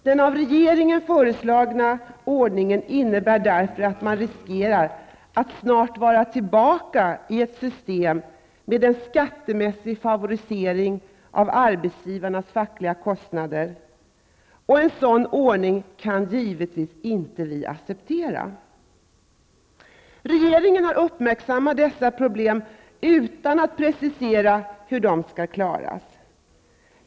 Den av regeringen föreslagna ordningen innebär därför att man riskerar att snart vara tillbaka i ett system med en skattemässig favorisering av arbetsgivarnas fackliga kostnader. En sådan ordning kan givetvis inte accepteras. Regeringen har uppmärksammat dessa problem utan att precisera hur de skall kunna klaras.